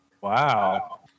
Wow